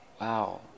wow